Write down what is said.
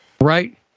right